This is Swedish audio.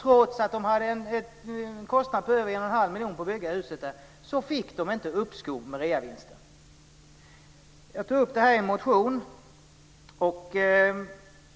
Trots att kostnaden för att bygga huset var över 1 1⁄2 miljon fick de inte uppskov med reavinsten. Jag tog upp detta i en motion och